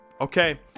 okay